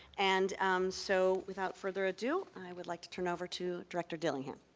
and um so without further ado, i would like to turn over to director dillingham.